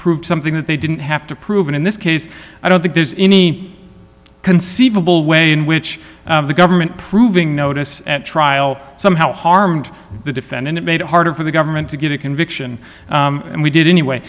proved something that they didn't have to prove and in this case i don't think there's any conceivable way in which the government proving notice at trial somehow harmed the defendant it made it harder for the government to get a conviction and we did anyway